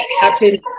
happen